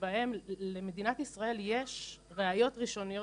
שבהם למדינת ישראל יש ראיות ראשוניות